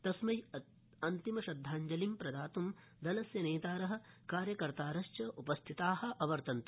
तस्मै अन्तिम श्रद्धाञ्जलिं प्रदात्ं दलस्य नेतार कार्यकर्ताश्च उ स्थिता अवर्तन्त